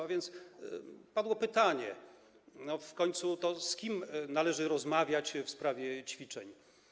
A więc padło pytanie: To w końcu z kim należy rozmawiać w sprawie ćwiczeń?